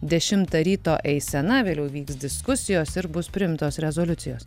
dešimtą ryto eisena vėliau vyks diskusijos ir bus priimtos rezoliucijos